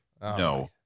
No